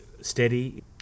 steady